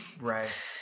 Right